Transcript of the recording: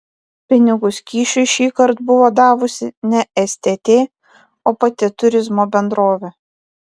pinigus kyšiui šįkart buvo davusi ne stt o pati turizmo bendrovė